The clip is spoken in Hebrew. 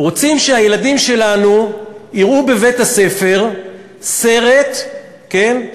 רוצים שהילדים שלנו יראו בבית-הספר סרט, כן?